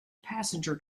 passenger